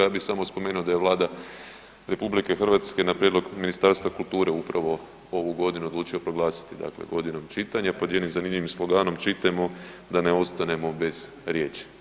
Ja bih samo spomenuo da je Vlada RH na prijedlog Ministarstva kulture upravo ovu godinu odlučio proglasiti dakle godinom čitanja, pod jednim zanimljivim sloganom, čitajmo da ne ostanemo bez riječi.